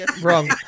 wrong